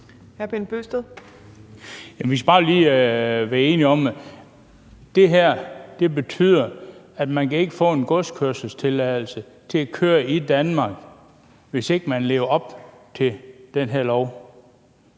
Bent Bøgsted (DF): Vi skal bare lige være enige om, at det her betyder, at man ikke kan få en godskørselstilladelse til at køre i Danmark, hvis man ikke lever op til den her lov.